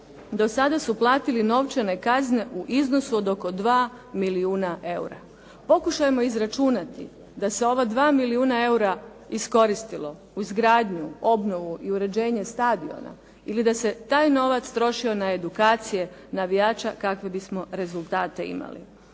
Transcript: do sada su platili novčane kazne u iznosu od oko dva milijuna eura. Pokušajmo izračunati da se ova dva milijuna eura iskoristilo u izgradnju, obnovu i uređenje stadiona ili da se taj novac trošio na edukacije navijača kakve bismo rezultate imali.